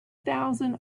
thousand